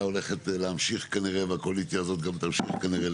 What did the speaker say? הולכת להמשיך כנראה והקואליציה הזאת גם תמשיך כנראה,